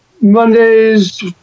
Mondays